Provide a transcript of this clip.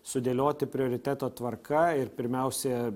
sudėlioti prioriteto tvarka ir pirmiausia